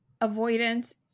avoidance